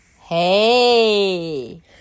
hey